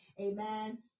amen